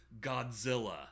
Godzilla